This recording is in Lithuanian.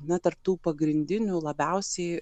na tarp tų pagrindinių labiausiai